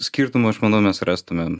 skirtumų aš manau mes rastumėm